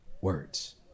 words